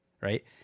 Right